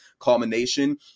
culmination